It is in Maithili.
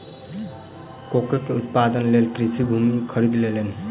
कोको के उत्पादनक लेल कृषक भूमि खरीद लेलैन